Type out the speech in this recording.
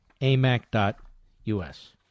AMAC.us